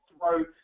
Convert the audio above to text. throw